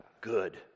good